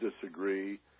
disagree